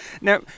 Now